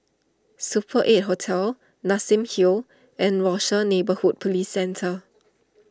Super eight Hotel Nassim Hill and Rochor Neighborhood Police Centre